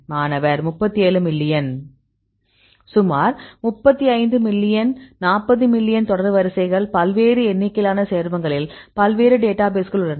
மாணவர் 37 மில்லியன் சுமார் 35 million 40 million தொடர்வரிசைகள் பல்வேறு எண்ணிக்கையிலான சேர்மங்களில் பல்வேறு டேட்டாபேஸ்கள் உள்ளன